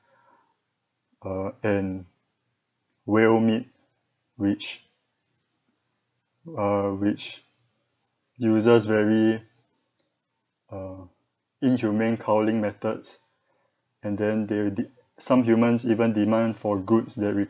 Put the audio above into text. uh and whale meat which uh which uses very uh inhumane killing methods and then they did some humans even demand for goods that